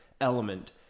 element